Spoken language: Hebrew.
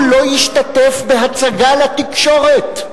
הוא לא ישתתף בהצגה לתקשורת.